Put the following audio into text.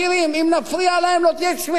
אם נפריע להם לא תהיה צמיחה.